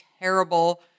terrible